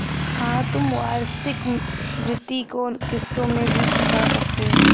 हाँ, तुम वार्षिकी भृति को किश्तों में भी चुका सकते हो